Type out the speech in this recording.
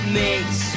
makes